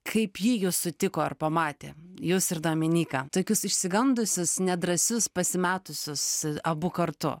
kaip ji jus sutiko ar pamatė jus ir dominyką tokius išsigandusius nedrąsius pasimetusius abu kartu